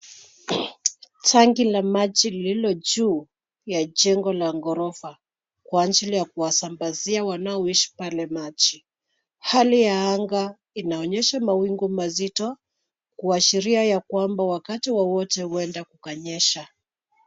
Tangi la maji lililo juu ya jengo la ghorofa, kwa ajili ya kuwasambazia wanaoishi pale, maji. Hali ya anga inaonyesha mawingu mazito kuashiria ya kwamba wakati wowote huenda kukanyesha.